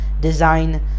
design